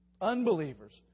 unbelievers